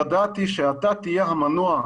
ידעתי שאתה תהיה המנוע,